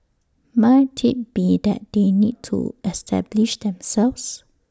might IT be that they need to establish themselves